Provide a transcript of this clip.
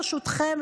ברשותכם,